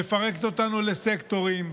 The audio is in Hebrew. מפרקת אותנו לסקטורים,